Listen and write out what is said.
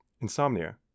insomnia